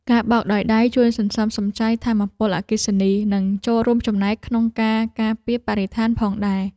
ការបោកដោយដៃជួយសន្សំសំចៃថាមពលអគ្គិសនី និងចូលរួមចំណែកក្នុងការការពារបរិស្ថានផងដែរ។